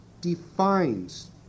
defines